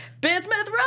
Bismuth